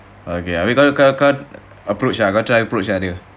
okay ah abeh kau kau kau approach ah kau try approach ah dia